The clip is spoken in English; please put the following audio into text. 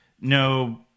No